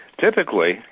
Typically